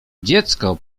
dziecko